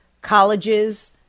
colleges